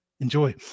Enjoy